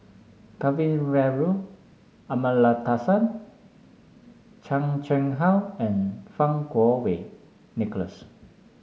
Kavignareru Amallathasan Chan Chang How and Fang Kuo Wei Nicholas